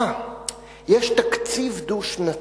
אה, יש תקציב דו-שנתי,